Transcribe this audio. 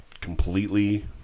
completely